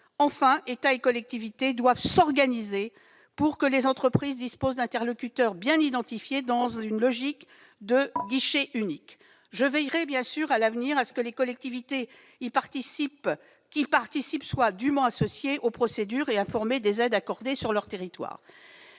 Enfin, État et collectivités doivent s'organiser pour que les entreprises disposent d'interlocuteurs bien identifiés, dans une logique de guichet unique. Je veillerai bien sûr à l'avenir à ce que les collectivités qui participent soient dûment associées aux procédures et informées des aides accordées sur leur territoire.